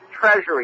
Treasury